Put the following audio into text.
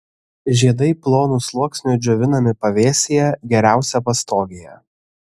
žiedai plonu sluoksniu džiovinami pavėsyje geriausia pastogėje